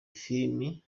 filimi